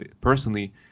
personally